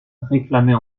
réclamait